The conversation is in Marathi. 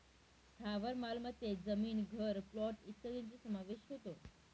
स्थावर मालमत्तेत जमीन, घर, प्लॉट इत्यादींचा समावेश होतो